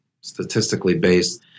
statistically-based